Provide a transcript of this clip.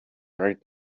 right